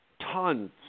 tons